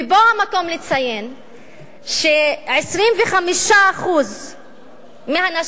ופה המקום לציין ש-25% מהנשים,